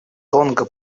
тонга